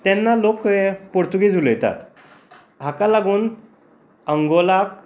तेन्ना लोक कितें पुर्तुगीज उलयता हाका लागून अंगोलाक